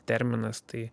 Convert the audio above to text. terminas tai